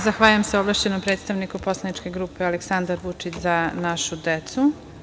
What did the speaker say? Zahvaljujem se ovlašćenom predstavniku poslaničke grupe Aleksandar Vučić – Za našu decu.